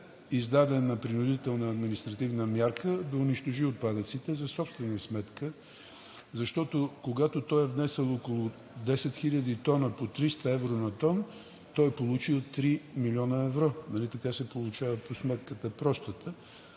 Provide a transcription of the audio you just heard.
издадена принудителна административна мярка да унищожи отпадъците за собствена сметка, защото, когато е внесъл около 10 хиляди тона по 300 евро на тон, той е получил 3 млн. евро. Нали така се получава по простата